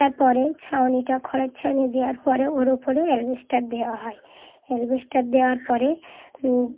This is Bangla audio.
তারপরে ছাউনিটা খড়ের ছাউনি দেওয়ার পরে ওর উপরে অ্যাসবেস্টস দেওয়া হয় অ্যাসবেস্টস দেওয়ার পরে